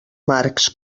marcs